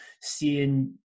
seeing